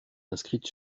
inscrite